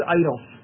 idols